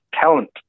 talent